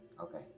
Okay